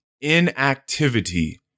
inactivity